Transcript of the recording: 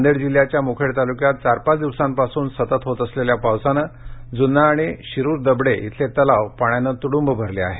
नांदेड जिल्ह्याच्या मुखेड तालुक्यात चार पाच दिवसांपासून सतत होत असलेल्या पावसामुळे जून्ना आणि शिरूर दबडे इथले तलाव पाण्याने तुडूंब भरले आहेत